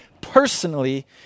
personally